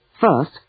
First